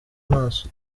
maso